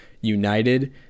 united